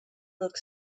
looked